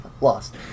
lost